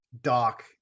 doc